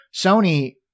Sony